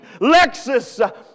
Lexus